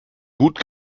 gut